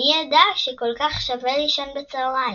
מי ידע שכל כך שווה לישון בצהרים.